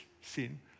sin